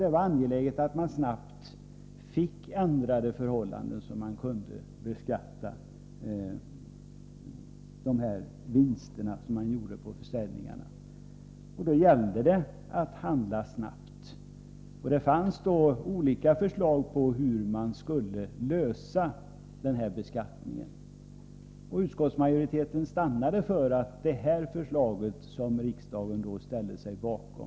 Det var angeläget att snabbt få till stånd ändrade förhållanden, så att de vinster som man gjorde på försäljningen kunde beskattas. Det gällde alltså att handla snabbt. Det fanns då olika förslag på hur man skulle lösa frågan om den här beskattningen. Utskottsmajoriteten stannade för det förslag som riksdagen sedan ställde sig bakom.